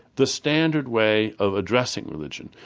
the standard way of addressing religion.